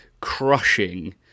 crushing